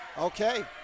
Okay